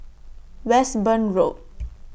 Westbourne Road